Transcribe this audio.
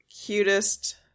cutest